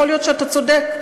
יכול להיות שאתה צודק.